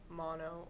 mono